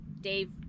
Dave